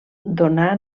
donà